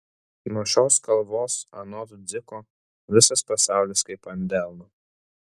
nuo šios kalvos anot dziko visas pasaulis kaip ant delno